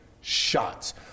shots